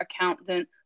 accountant